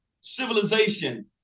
civilization